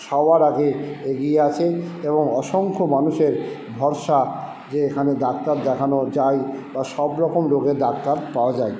সবার আগে এগিয়ে আছে এবং অসংখ্য মানুষের ভরসা যে এখানে ডাক্তার দেখানো যায় বা সব রকম রোগের ডাক্তার পাওয়া যায়